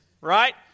right